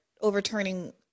overturning